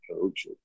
coach